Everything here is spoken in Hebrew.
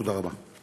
תודה רבה.